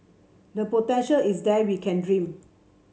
the potential is there we can dream